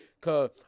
Cause